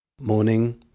Morning